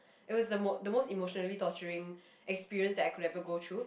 it was the most the most emotionally torturing experience that I could ever go through